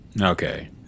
Okay